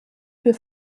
für